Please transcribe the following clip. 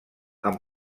amb